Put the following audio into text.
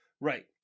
Right